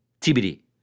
TBD